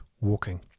walking